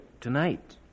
tonight